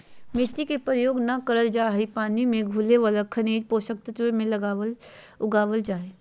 मिट्टी के प्रयोग नै करल जा हई पानी मे घुले वाला खनिज पोषक तत्व मे उगावल जा हई